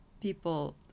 people